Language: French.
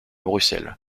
bruxelles